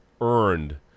earned